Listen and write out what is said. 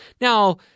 Now